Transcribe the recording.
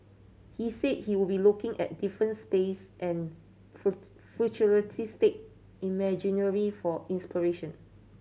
he said he would be looking at different space and futuristic for inspiration